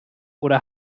oder